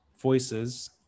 voices